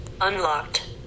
Unlocked